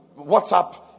WhatsApp